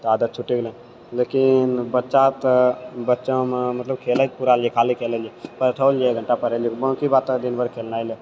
तऽ आदत छुटि गेलै लेकिन बच्चा तऽ बच्चामे मतलब खेलैके पूरा लिखाले कऽ लेलियै पर ठोल जे पढ़ै लए बाकी बाद तऽ दिनभर खेलनाए